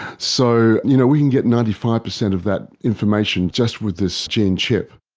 so you know we can get ninety five percent of that information just with this gene chip.